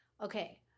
Okay